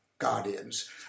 guardians